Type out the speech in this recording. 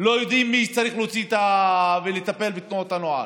עדיין לא יודעים מי צריך להוציא ולטפל בתנועות הנוער.